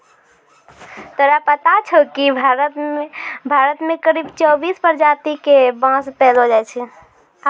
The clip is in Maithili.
तोरा पता छौं कि भारत मॅ करीब चौबीस प्रजाति के बांस पैलो जाय छै